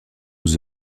aux